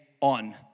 on